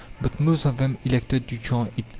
but most of them elected to join it.